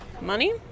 money